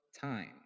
time